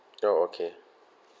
oh okay